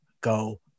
go